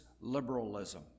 liberalism